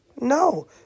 No